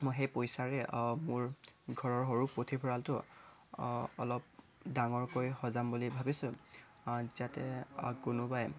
মই সেই পইচাৰে মোৰ ঘৰৰ সৰু পুথিভঁৰালটো অলপ ডাঙৰ কৰি সজাম বুলি ভাবিছো যাতে কোনোবাই